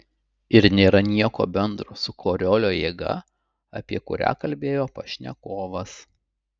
ir nėra nieko bendro su koriolio jėga apie kurią kalbėjo pašnekovas